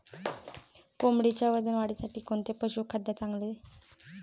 कोंबडीच्या वजन वाढीसाठी कोणते पशुखाद्य चांगले?